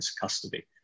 custody